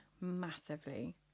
massively